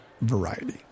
variety